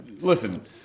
listen